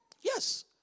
Yes